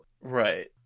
Right